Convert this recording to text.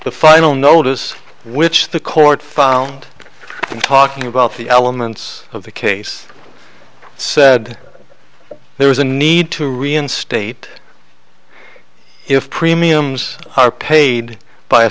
the final notice which the court found in talking about the elements of the case said there was a need to reinstate if premiums are paid by a